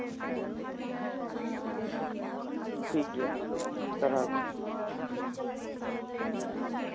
ᱴᱷᱤᱠ ᱜᱮᱭᱟ ᱥᱟᱨᱦᱟᱣᱜᱮ